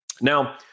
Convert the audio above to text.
Now